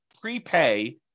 prepay